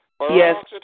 Yes